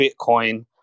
Bitcoin